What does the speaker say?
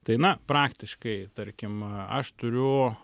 tai na praktiškai tarkim a aš turiu